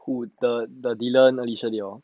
true the dylan alysha they all